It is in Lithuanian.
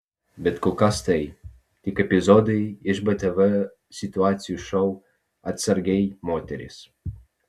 bet kol kas tai tik epizodai iš btv situacijų šou atsargiai moterys